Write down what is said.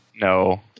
No